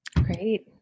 Great